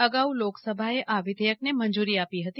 અગાઉ લોકસભાએ આ વિધેયકને મંજૂરી આપી હતી